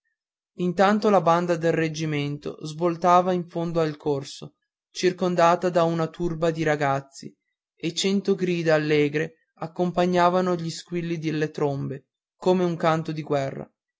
intanto la banda del reggimento svoltava in fondo al corso circondata da una turba di ragazzi e cento grida allegre accompagnavan gli squilli delle trombe come un canto di guerra